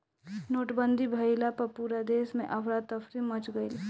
नोटबंदी भइला पअ पूरा देस में अफरा तफरी मच गईल